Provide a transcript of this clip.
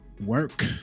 work